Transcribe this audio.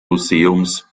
museums